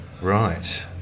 Right